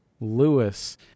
Lewis